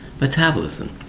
Metabolism